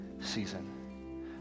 season